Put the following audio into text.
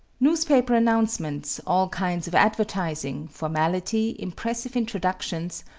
newspaper announcements, all kinds of advertising, formality, impressive introductions,